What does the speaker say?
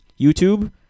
YouTube